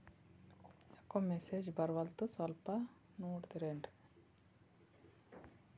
ಯಾಕೊ ಮೆಸೇಜ್ ಬರ್ವಲ್ತು ಸ್ವಲ್ಪ ನೋಡ್ತಿರೇನ್ರಿ?